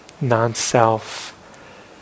non-self